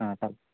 हां सा